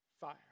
fire